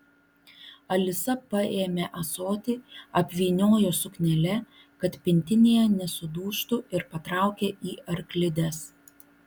alisa paėmė ąsotį apvyniojo suknele kad pintinėje nesudužtų ir patraukė į arklides